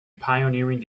pioneering